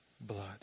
blood